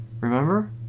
remember